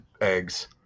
eggs